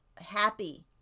happy